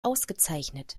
ausgezeichnet